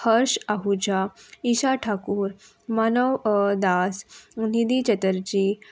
Harsh Ahuja Isha Thakur Manav Das Nidhi Chatterjee